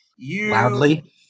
Loudly